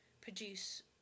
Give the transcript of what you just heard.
produce